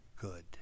good